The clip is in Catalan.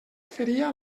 feria